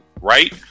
Right